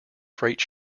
freight